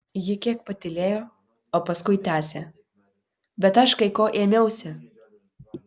ji kiek patylėjo o paskui tęsė bet aš kai ko ėmiausi